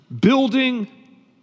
building